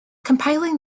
compiling